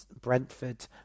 Brentford